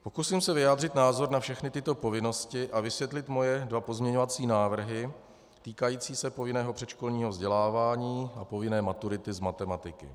Pokusím se vyjádřit názor na všechny tyto povinnosti a vysvětlit svoje dva pozměňovací návrhy týkající se povinného předškolního vzdělávání a povinné maturity z matematiky.